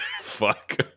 Fuck